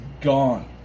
gone